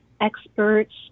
experts